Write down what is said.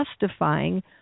justifying